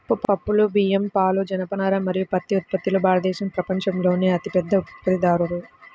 పప్పులు, బియ్యం, పాలు, జనపనార మరియు పత్తి ఉత్పత్తిలో భారతదేశం ప్రపంచంలోనే అతిపెద్ద ఉత్పత్తిదారు